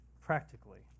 practically